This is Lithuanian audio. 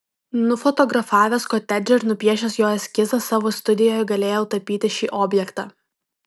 nufotografavęs kotedžą ir nupiešęs jo eskizą savo studijoje galėjau tapyti šį objektą